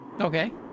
Okay